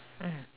mm